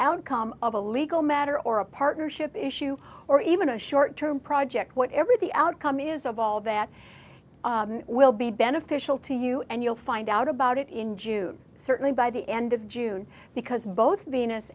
outcome of a legal matter or a partnership issue or even a short term project whatever the outcome is of all that will be beneficial to you and you'll find out about it in june certainly by the end of june because both venus